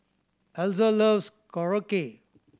Elza loves Korokke